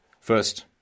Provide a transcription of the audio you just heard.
First